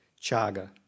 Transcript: Chaga